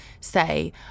say